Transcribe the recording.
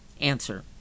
Answer